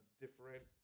different